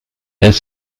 elle